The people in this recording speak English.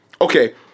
Okay